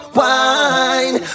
wine